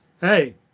hey